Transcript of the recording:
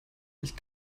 nicht